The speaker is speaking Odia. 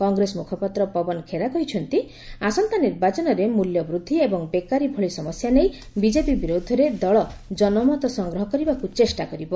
କଂଗ୍ରେସ ମୁଖପାତ୍ର ପବନ ଖେରା କହିଛନ୍ତି ଆସନ୍ତା ନିର୍ବାଚନରେ ମୂଲ୍ୟବୃଦ୍ଧି ଏବଂ ବେକାରି ଭଳି ସମସ୍ୟା ନେଇ ବିଜେପି ବିରୋଧରେ ଦଳ ଜନମତ ସଂଗ୍ରହ କରିବାକୁ ଚେଷ୍ଟା କରିବ